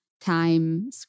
time